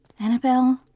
Annabelle